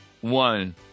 one